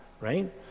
right